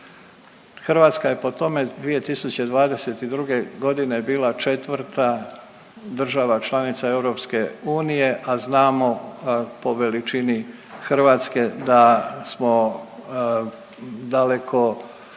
Hrvatska je po tome 2022. g. bila 4. država članica EU, a znamo po veličini Hrvatske da smo daleko